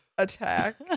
attack